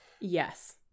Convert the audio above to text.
Yes